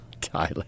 Tyler